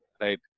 Right